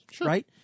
right